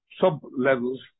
sub-levels